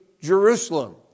Jerusalem